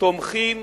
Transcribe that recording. תומכים